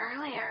earlier